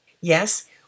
Yes